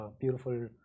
beautiful